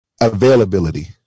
Availability